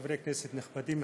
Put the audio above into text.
חברי הכנסת הנכבדים,